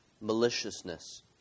maliciousness